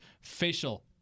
facial